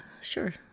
sure